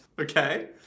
Okay